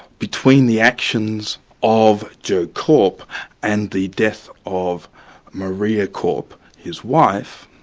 between the actions of joe korp and the death of maria korp his wife,